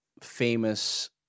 Famous